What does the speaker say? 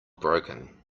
broken